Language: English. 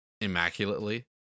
immaculately